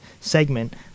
segment